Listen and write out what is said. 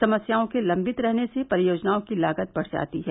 समस्याओं के लश्वित रहने से परियोजनाओं की लागत बढ़ जाती है